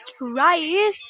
right